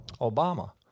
Obama